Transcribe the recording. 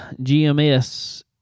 GMS